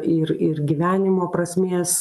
ir ir gyvenimo prasmės